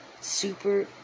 super